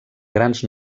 grans